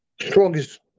strongest